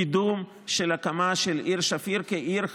לזרז את קידום ההקמה של העיר שפיר כעיר חרדית,